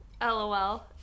lol